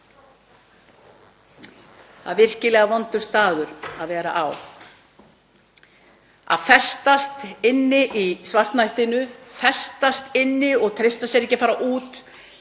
það er virkilega vondur staður að vera á að festast inni í svartnættinu, festast inni og treysta sér ekki til að fara út.